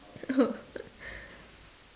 oh